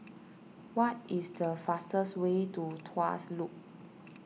what is the fastest way to Tuas Loop